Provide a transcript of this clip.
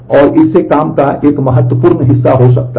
और इससे काम का एक महत्वपूर्ण हिस्सा हो सकता है